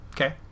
Okay